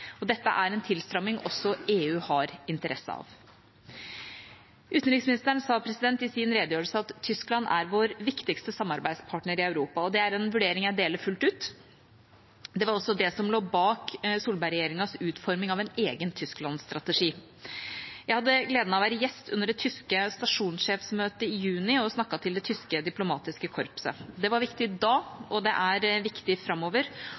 Dette er en tilstramming også EU har interesse av. Utenriksministeren sa i sin redegjørelse at Tyskland er vår viktigste samarbeidspartner i Europa. Det er en vurdering jeg deler fullt ut. Det var også det som lå bak Solberg-regjeringas utforming av en egen Tyskland-strategi. Jeg hadde gleden av å være gjest under det tyske stasjonssjefsmøtet i juni og snakket til det tyske diplomatiske korpset. Det var viktig da, og det er viktig framover,